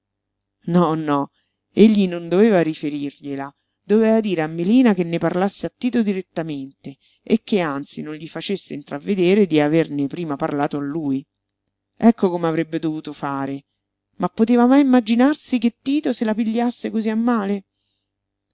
no egli non doveva riferirgliela doveva dire a melina che ne parlasse a tito direttamente e che anzi non gli facesse intravvedere di averne prima parlato a lui ecco come avrebbe dovuto fare ma poteva mai immaginarsi che tito se la pigliasse cosí a male